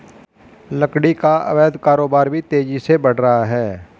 लकड़ी का अवैध कारोबार भी तेजी से बढ़ रहा है